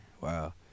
Wow